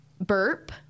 burp